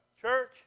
church